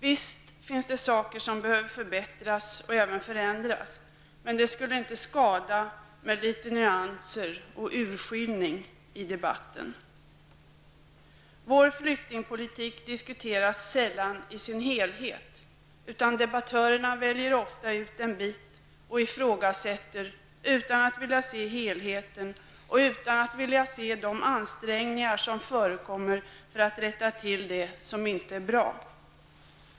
Visst finns det saker som behöver förändras och förbättras. Men det skulle inte skada med litet nyanser och urskillning i debatten. Vår flyktingpolitik diskuteras sällan i sin helhet, utan debattörerna väljer ofta ut en bit och ifrågasätter utan att vilja se helheten och utan att vilja se de ansträngningar som förekommer för att rätta till det som inte är bra.